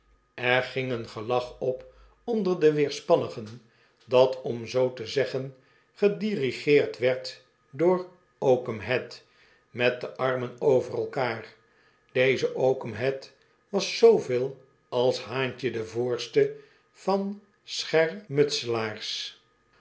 er ging een gelach op onder de weerspannigen dat om zoo te zeggen gedirigeerd werd door oakum head met de armen over elkaar deze oakum head was zooveel als haantje de voorste van